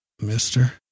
mister